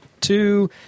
two